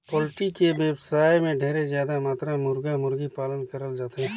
poultry के बेवसाय में ढेरे जादा मातरा में मुरगा, मुरगी पालन करल जाथे